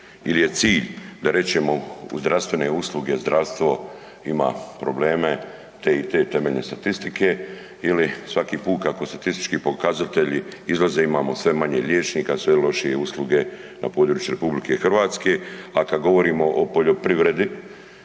ili je cilj da rečeno u zdravstvene usluge, zdravstvo ima probleme te i te, temeljne statistike ili svaki put, kako statistički pokazatelji izlaze, imamo sve manje liječnika, sve lošije usluge na području RH, a kad govorimo o poljoprivredi,